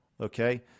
Okay